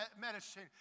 medicine